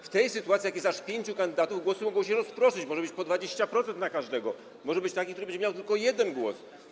W tej sytuacji, kiedy jest aż pięciu kandydatów, głosy mogą się rozproszyć, może być po 20% na każdego, może być tak, że ktoś będzie miał tylko jeden głos.